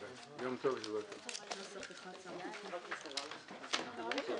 הישיבה ננעלה בשעה 09:29.